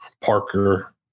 Parker